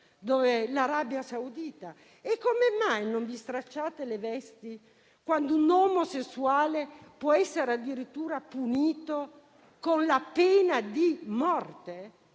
come l'Arabia Saudita? E come mai non vi stracciate le vesti quando un omosessuale può essere addirittura punito con la pena di morte?